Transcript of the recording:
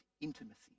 intimacy